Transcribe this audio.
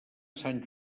sant